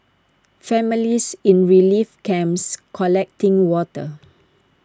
families in relief camps collecting water